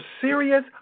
serious